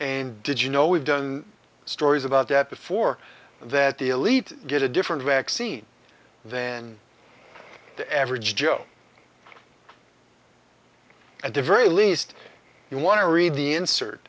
and did you know we've done stories about that before that the elite get a different vaccine then the average joe at the very least you want to read the insert